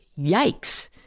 Yikes